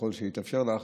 ככל שהתאפשר לך,